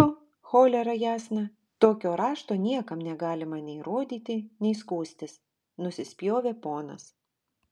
pfu cholera jasna tokio rašto niekam negalima nei rodyti nei skųstis nusispjovė ponas